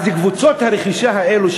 אז קבוצות הרכישה האלה,